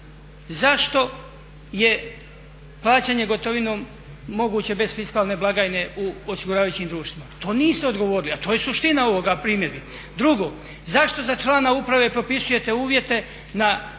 zašto je plaćanje gotovinom moguće bez fiskalne blagajne u osiguravajućim društvima? To niste odgovorili a to je suština ovih primjedbi. Drugo, zašto za člana uprave propisujete uvjete na četiri